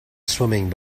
swimming